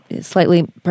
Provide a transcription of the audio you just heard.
Slightly